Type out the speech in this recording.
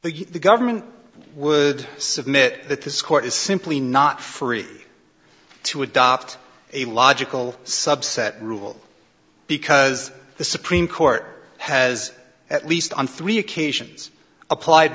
states government would submit that this court is simply not free to adopt a logical subset rule because the supreme court has at least on three occasions applied